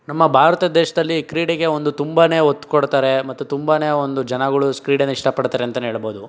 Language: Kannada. ನಮ್ಮ ಭಾರತ ದೇಶದಲ್ಲಿ ಕ್ರೀಡೆಗೆ ಒಂದು ತುಂಬನೇ ಒತ್ತು ಕೊಡ್ತಾರೆ ಮತ್ತು ತುಂಬನೇ ಒಂದು ಜನಗಳು ಕ್ರೀಡೆನ ಇಷ್ಟಪಡ್ತಾರೆ ಅಂತಲೇ ಹೇಳ್ಬೋದು